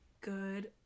good